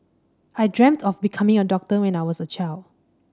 I dreamt of becoming a doctor when I was a child